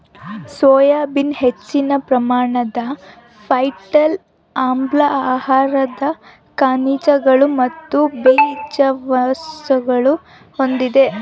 soya beans ಹೆಚ್ಚಿನ ಪ್ರಮಾಣದ phytic ಆಮ್ಲ ಆಹಾರದ ಖನಿಜಗಳು ಮತ್ತು ಬಿ ಜೀವಸತ್ವಗುಳ್ನ ಹೊಂದಿದೆ